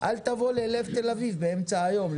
אל תבוא ללב תל אביב באמצע היום,